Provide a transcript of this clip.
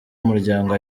umuryango